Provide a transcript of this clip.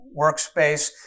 workspace